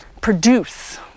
produce